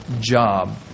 job